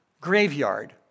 graveyard